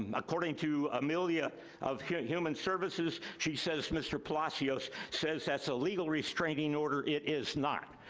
and according to amelia of human services, she says mr. palazzio so says that's a legal restraining order. it is not.